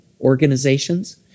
organizations